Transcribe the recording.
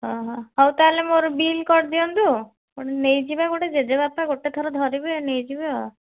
ହଉ ତା'ହେଲେ ମୋର ବିଲ୍ କରିଦିଅନ୍ତୁ ଗୋଟେ ନେଇଯିବା ଜେଜେବାପା ଗୋଟେ ଥର ଧରିବେ ନେଇଯିବା